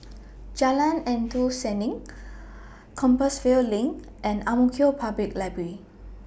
Jalan Endut Senin Compassvale LINK and Ang Mo Kio Public Library